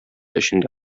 эчендә